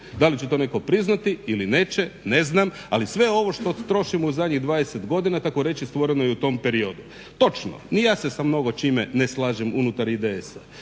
Da li će to neko priznati ili neće, ne znam, ali sve ovo što trošimo u zadnjih 20 godina kako reći stvoreno je u tom periodu, točno. Ni ja se sa mnogo čime ne slažem unutar IDS-a